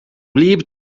wlyb